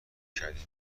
کردین